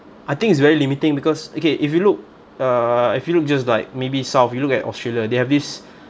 I think it's very limiting because okay if you look uh if you look just like maybe south you look at australia they have this